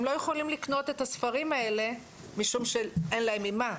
הם לא יכולים לקנות את הספרים האלה משום שאין להם ממה.